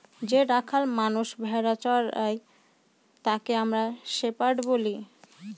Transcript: যে রাখাল মানষ ভেড়া চোরাই তাকে আমরা শেপার্ড বলি